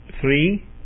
three